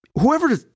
whoever